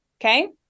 okay